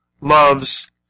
loves